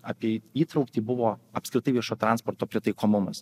apie įtrauktį buvo apskritai viešo transporto pritaikomumas